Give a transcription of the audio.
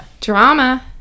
Drama